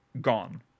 gone